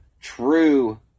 true